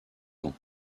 ans